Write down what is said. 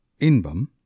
Inbam